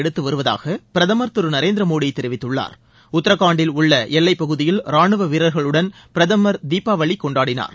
எடுத்துவருவதாக பிரதமர் திரு நரேந்திர மோடி தெரிவித்துள்ளார்உத்ரகாண்டில் உள்ள எல்லைப்பகுதியில் ராணுவ வீரர்களுடன் பிரதமர் தீபாவளி கொண்டாடினார்